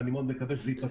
ואני מאוד מקווה שזה ייפתר.